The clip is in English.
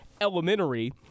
elementary